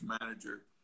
manager